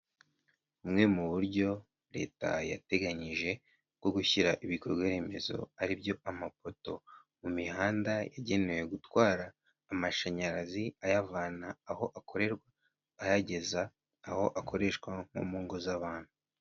Bumwe mu buryo leta yateganyije bwo gushyira ibikorwa remezo aribyo amapoto mu mihanda yagenewe gutwara amashanyarazi, ayavana aho akorerwa ayageza aho akoreshwa nko mu ngo z'abantu.